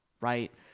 right